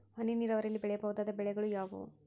ಹನಿ ನೇರಾವರಿಯಲ್ಲಿ ಬೆಳೆಯಬಹುದಾದ ಬೆಳೆಗಳು ಯಾವುವು?